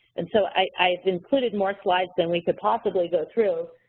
and so i've included more slides than we could possibly go through.